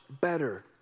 better